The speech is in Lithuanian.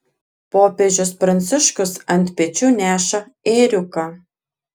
popiežius pranciškus ant pečių neša ėriuką